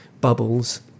bubbles